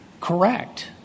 Correct